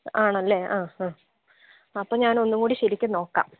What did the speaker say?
ആണല്ലേ ആ ആ അപ്പം ഞാൻ ഒന്നും കൂടി ശരിക്ക് നോക്കാം